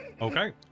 Okay